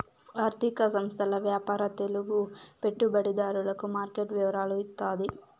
ఆర్థిక సంస్థల వ్యాపార తెలుగు పెట్టుబడిదారులకు మార్కెట్ వివరాలు ఇత్తాది